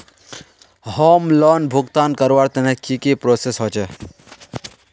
Home loan भुगतान करवार तने की की प्रोसेस होचे?